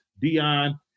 Dion